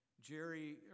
jerry